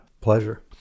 Pleasure